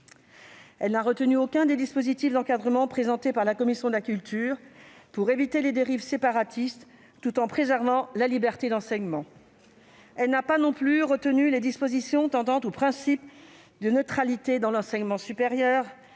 Elle n'a retenu aucun des dispositifs d'encadrement présentés par notre commission de la culture pour éviter les dérives séparatistes, tout en préservant la liberté d'enseignement. Elle n'a pas plus retenu les dispositions tendant au respect du principe de neutralité dans l'enseignement supérieur